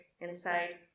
inside